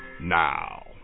now